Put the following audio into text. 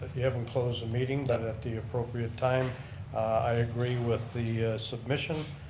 you haven't closed the meeting, but at the appropriate time i agree with the submission.